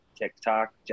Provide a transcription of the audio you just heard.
TikTok